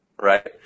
right